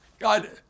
God